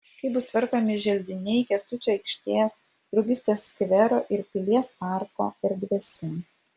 kaip bus tvarkomi želdiniai kęstučio aikštės draugystės skvero ir pilies parko erdvėse